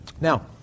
Now